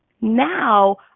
Now